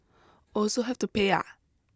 also have to pay ah